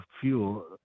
fuel